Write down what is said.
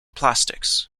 plastics